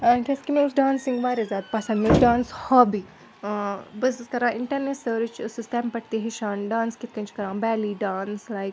ٲں کیٛازِکہِ مےٚ اوٗس ڈانسِنٛگ واریاہ زیادٕ پَسنٛد مےٚ اوٗس ڈانٕس ہابی ٲں بہٕ ٲسٕس کَران اِنٹَرنیٚٹ سٔرٕچ ٲسٕس تَمہِ پٮ۪ٹھ تہِ ہیٚچھان ڈانٕس کِتھ کٔنۍ چھِ کَران بیٚلی ڈانٕس لایِک